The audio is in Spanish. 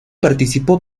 participó